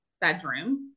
bedroom